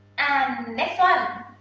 and next one